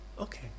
okay